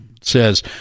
says